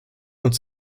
und